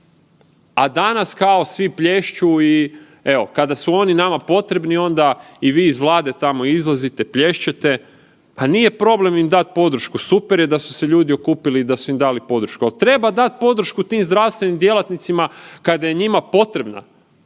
a danas kao svi plješću i evo. Kada su oni nama potrebni onda i vi iz Vlade tamo izlazite, plješćete. Pa nije problem im dat podršku, super je da su se ljudi okupili i da su im dali podršku, ali treba dati podršku tim zdravstvenim djelatnicima kada je njima potrebna.